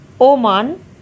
Oman